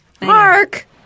Mark